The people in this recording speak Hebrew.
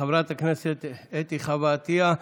חברת הכנסת אתי חוה עטייה.